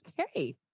Okay